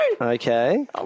Okay